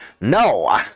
No